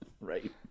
Right